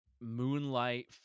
moonlight